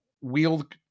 wield